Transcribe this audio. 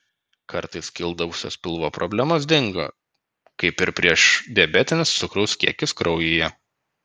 kartais kildavusios pilvo problemos dingo kaip ir priešdiabetinis cukraus kiekis kraujyje